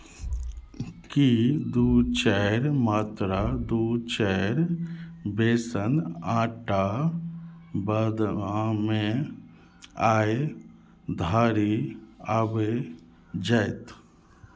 की दू चारि मात्रा दू चारि बेसन आटा बादमे आइ धरि आबि जायत